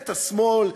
את השמאל,